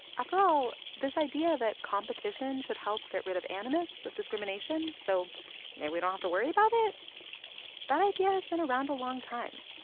after all, this idea that competition should help get rid of animus, of discrimination, so maybe we don't have to worry about it that idea has been around a long time.